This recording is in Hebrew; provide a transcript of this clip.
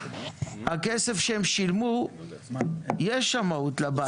הכסף שהם שילמו, יש שמאות לבית.